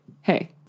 hey